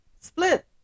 split